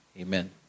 amen